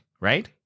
right